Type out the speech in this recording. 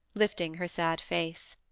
lifting her sad face.